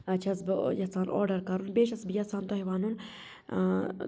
چھس بہٕ یژھان آرڈَر کَرُن بیٚیہِ چھس بہٕ یژھان تۄہہِ وَنُن ٲں